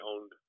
owned